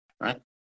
right